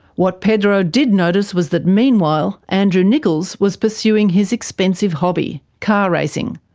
what pedro did notice was that meanwhile, andrew nickolls was pursuing his expensive hobby, car racing.